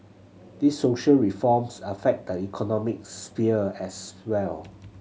these social reforms affect the economic sphere as well